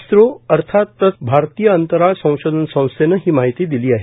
इस्रो अर्थात भारतीय अंतराळ संशोधन संस्थेनं ही माहिती दिली आहे